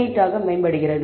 98 ஆக மேம்படுகிறது